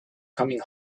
coming